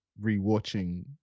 re-watching